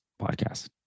podcast